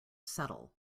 settle